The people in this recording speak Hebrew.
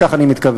לכך אני מתכוון.